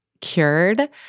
cured